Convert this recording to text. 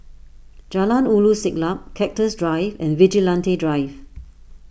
Jalan Ulu Siglap Cactus Drive and Vigilante Drive